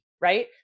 Right